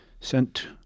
sent